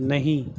نہیں